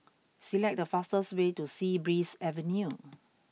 select the fastest way to Sea Breeze Avenue